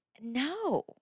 No